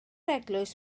eglwys